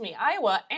Iowa